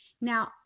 Now